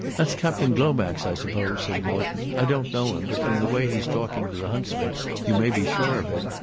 that's captain glomax, i suppose, said morton. i don't know him, but from the way he's talking to the huntsman you may be sure of it.